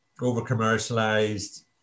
over-commercialized